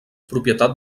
propietat